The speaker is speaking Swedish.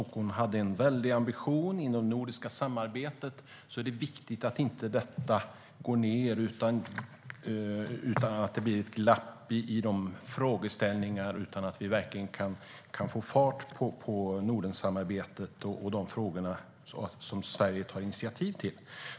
Hon hade en väldig ambition inom det nordiska samarbetet, och det är viktigt att detta inte går ned så att det blir ett glapp i de frågeställningarna utan att vi kan få fart på Nordensamarbetet och de frågor som Sverige tar initiativ till.